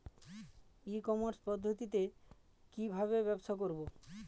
E commerce পদ্ধতিতে কি ভাবে ব্যবসা করব?